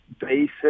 basic